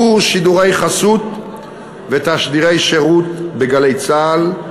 שידורי חסות ותשדירי שירות ב"גלי צה"ל",